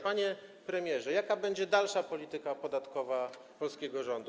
Panie premierze, jaka będzie dalsza polityka podatkowa polskiego rządu?